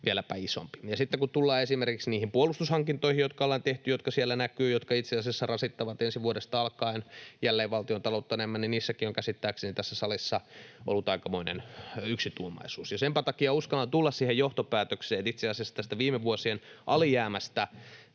vieläpä isompi. Sitten kun tullaan esimerkiksi niihin puolustushankintoihin, jotka ollaan tehty ja jotka itse asiassa siellä näkyvät ja rasittavat ensi vuodesta alkaen valtiontaloutta enemmän, niin niistäkin on käsittääkseni tässä salissa ollut aikamoinen yksituumaisuus. Senpä takia uskallan tulla siihen johtopäätökseen, että itse asiassa tästä viime vuosien alijäämästä